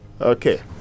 okay